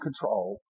control